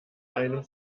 einem